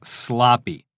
sloppy